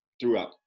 throughout